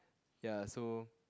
ya so